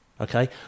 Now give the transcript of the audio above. okay